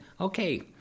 okay